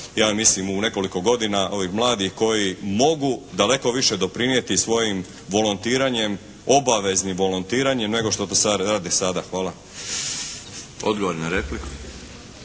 ja mislim u nekoliko godina ovih mladih koji mogu daleko više doprinijeti svojim volontiranjem, obaveznim volontiranjem nego što to radi sada. Hvala. **Milinović,